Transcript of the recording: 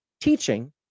teaching